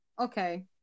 Okay